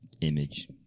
image